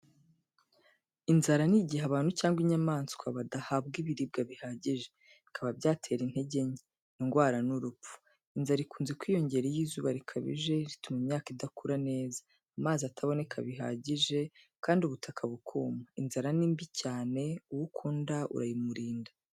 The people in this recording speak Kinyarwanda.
Inzara ni igihe abantu cyangwa inyamaswa badahabwa ibiribwa bihagije, bikaba byatera intege nke, indwara n’urupfu. Inzara ikunze kwiyongera iyo izuba rikabije rituma imyaka idakura neza, amazi ataboneka bihagije, kandi ubutaka bukuma. Inzara ni mbi cyane uwo ukunda urayimurinda.